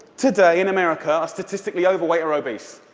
today, in america, are statistically overweight or obese.